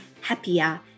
happier